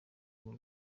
b’u